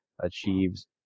achieves